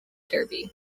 derby